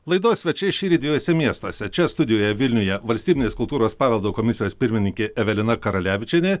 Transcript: laidos svečiai šįryt dviejuose miestuose čia studijoje vilniuje valstybinės kultūros paveldo komisijos pirmininkė evelina karalevičienė